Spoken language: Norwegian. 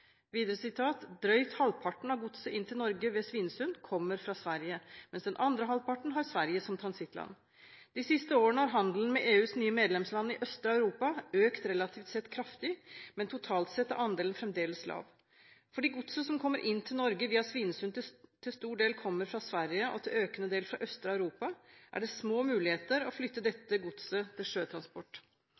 Videre: «Drøyt halvparten av godset inn til Norge ved Svinesund kommer fra Sverige, mens den andre halvparten har Sverige som transittland. De siste årene har handelen med EUs nye medlemsland i østre Europa økt relativ sett kraftig, men totalt sett er andelen fremdeles lav. Fordi godset som kommer inn til Norge via Svinesund til stor del kommer fra Sverige og til økende del fra østre Europa er det små muligheter å flytte dette godset til sjøtransport.»